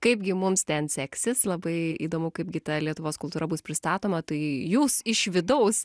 kaipgi mums ten seksis labai įdomu kaipgi ta lietuvos kultūra bus pristatoma tai jūs iš vidaus